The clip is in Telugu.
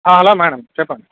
హలో మేడమ్ చెప్పండి